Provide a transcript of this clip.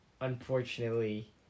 unfortunately